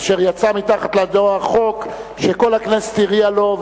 אשר יצא מתחת ידו החוק שכל הכנסת הריעה לו,